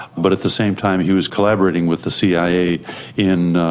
but at the same time he was collaborating with the cia in,